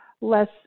less